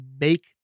make